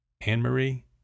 Anne-Marie